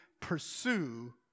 pursue